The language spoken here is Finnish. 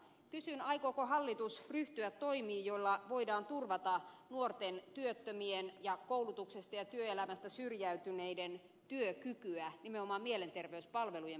kysyn aikooko hallitus ryhtyä toimiin joilla voidaan turvata nuorten työttömien ja koulutuksesta ja työelämästä syrjäytyneiden työkykyä nimenomaan mielenterveyspalvelujen parantamisen kautta